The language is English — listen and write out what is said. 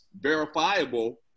verifiable